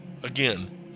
Again